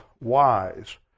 wise